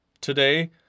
today